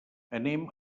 anem